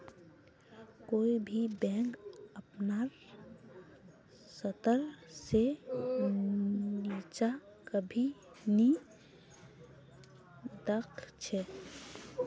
कोई भी बैंक अपनार स्तर से नीचा कभी नी दख छे